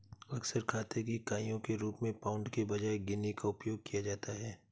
अक्सर खाते की इकाइयों के रूप में पाउंड के बजाय गिनी का उपयोग किया जाता है